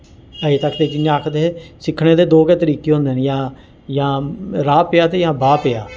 अज़ें तक ते जियां आखदे सिक्खने दे दो गै तरीके होंदे न जां जां राह् पेआ ते जां बाह् पेआ